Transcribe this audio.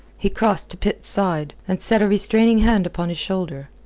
he crossed to pitt's side, and set a restraining hand upon his shoulder.